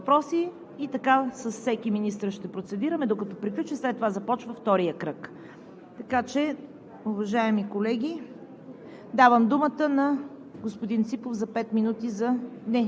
Ще направим първия кръг – от всички парламентарни групи ще зададат въпроси и така с всеки министър ще процедираме, докато приключи, след това започва вторият кръг. Давам думата на господин